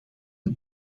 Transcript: het